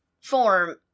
form